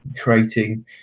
creating